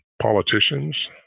politicians